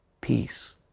peace